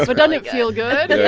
ah but doesn't it feel good? yeah yeah